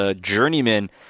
journeyman